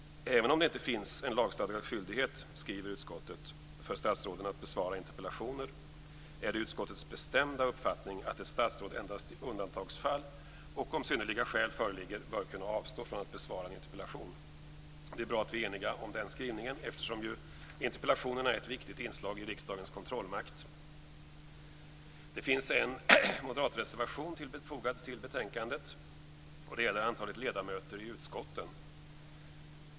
Även om det inte finns en lagstadgad skyldighet, skriver utskottet, för statsråden att besvara interpellationer är det utskottets bestämda uppfattning att ett statsråd endast i undantagsfall och om synnerliga skäl föreligger bör kunna avstå från att besvara en interpellation. Det är bra att vi är eniga om den skrivningen eftersom ju interpellationerna är ett viktigt inslag i riskdagens kontrollmakt. Det finns en moderat reservation fogad till betänkandet. Den gäller antalet ledamöter i utskotten.